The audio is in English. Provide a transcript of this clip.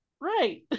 Right